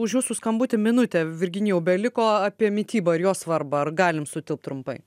už jūsų skambutį minutė virginijau beliko apie mitybą ir jos svarbą ar galim sutilpt trumpai